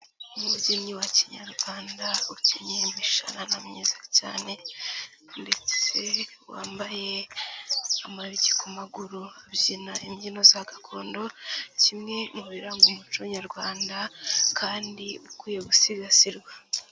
Umubyinnyi wa Kinyarwanda, ukenyeye imishahara myiza cyane ndetse wambaye amayugi ku maguru, abyina imbyino za gakondo, kimwe mu biranga umuco nyarwanda kandi ukwiye gusigasirwa.